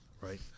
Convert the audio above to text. right